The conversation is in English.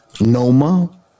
Noma